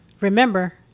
Remember